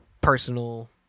personal